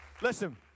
Listen